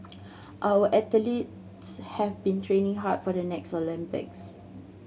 our athletes have been training hard for the next Olympics